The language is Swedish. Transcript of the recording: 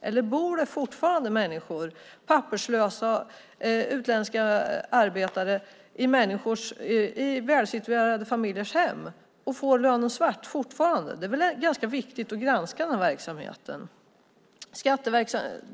Eller bor det fortfarande människor, papperslösa utländska arbetare, i välsituerade familjers hem och får lönen svart? Det är väl ganska viktigt att granska den verksamheten.